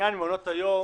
עניין מעונות היום,